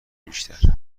بیشتر